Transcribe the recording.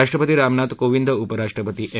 राष्ट्रपती रामनाथ कोविंद उपराष्ट्रपती एम